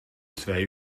twee